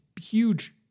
huge